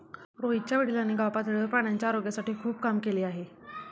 रोहितच्या वडिलांनी गावपातळीवर प्राण्यांच्या आरोग्यासाठी खूप काम केले आहे